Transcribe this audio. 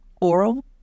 oral